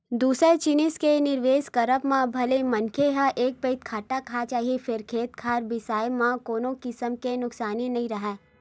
दूसर जिनिस के निवेस करब म भले मनखे ह एक पइत घाटा खा जाही फेर खेत खार बिसाए म कोनो किसम के नुकसानी नइ राहय